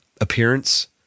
appearance